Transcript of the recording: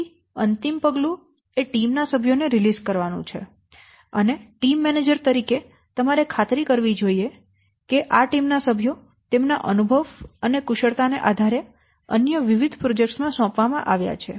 તેથી અંતિમ પગલું એ ટીમ ના સભ્યો ને રિલીઝ કરવાનું છે અને ટીમ મેનેજર તરીકે તમારે ખાતરી કરવી જોઈએ કે આ ટીમ ના સભ્યો તેમના અનુભવ અને કુશળતાને આધારે અન્ય વિવિધ પ્રોજેક્ટ્સ ને સોંપવામાં આવ્યા છે